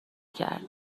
کردیم